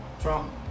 Trump